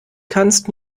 kannst